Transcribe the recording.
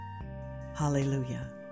Hallelujah